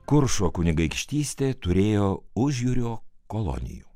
kuršo kunigaikštystė turėjo užjūrio kolonijų